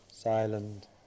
silent